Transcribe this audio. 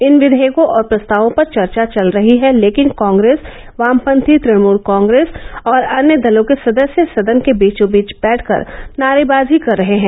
इन विघेयकों और प्रस्तावों पर चर्चा चल रही है लेकिन कांग्रेस वामपंथी तणमल कांग्रेस और अन्य दलों के सदस्य सदन के बीचोबीच बैठकर नारेबाजी कर रहे हैं